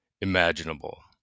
imaginable